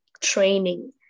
training